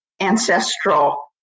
ancestral